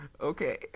Okay